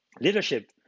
Leadership